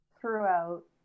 Throughout